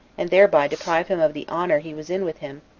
and thereby deprive him of the honor he was in with him,